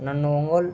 నన్ను ఒంగోల్